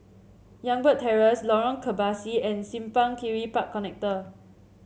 Youngberg Terrace Lorong Kebasi and Simpang Kiri Park Connector